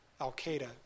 Al-Qaeda